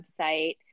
website